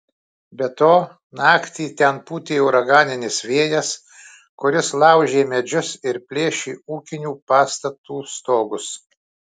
be to naktį ten pūtė uraganinis vėjas kuris laužė medžius ir plėšė ūkinių pastatų stogus